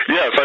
Yes